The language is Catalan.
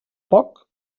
poc